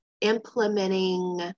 implementing